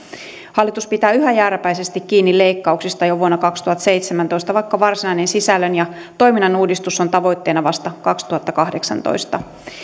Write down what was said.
hallitus pitää yhä jääräpäisesti kiinni leikkauksista jo vuonna kaksituhattaseitsemäntoista vaikka varsinainen sisällön ja toiminnan uudistus on tavoitteena vasta kaksituhattakahdeksantoista